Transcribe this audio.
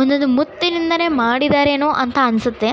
ಒಂದೊಂದು ಮುತ್ತಿನಿಂದಲೇ ಮಾಡಿದ್ದಾರೇನೋ ಅಂತ ಅನ್ನಿಸುತ್ತೆ